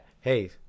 Hey